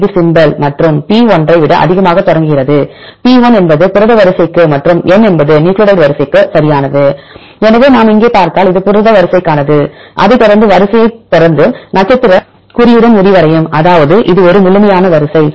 இது சிம்பல் மற்றும் p 1 ஐ விட அதிகமாக தொடங்குகிறது p1 என்பது புரத வரிசைக்கு மற்றும் n என்பது நியூக்ளியோடைடு வரிசைக்கு சரியானது எனவே நாம் இங்கே பார்த்தால் இது புரத வரிசைக்கானது அதைத் தொடர்ந்து வரிசையைத் தொடர்ந்து நட்சத்திர குறியுடன் முடிவடையும் அதாவது இது ஒரு முழுமையான வரிசை